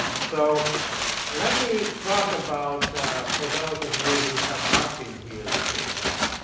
so let me talk about for those of you who have not been here the first time,